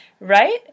Right